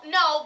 no